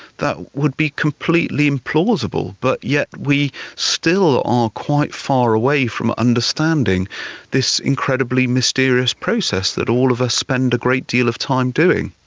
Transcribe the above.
that would be completely implausible, but yet we still are quite far away from understanding this incredibly mysterious process that all of us spend a great deal of time doing.